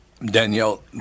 Danielle